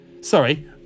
sorry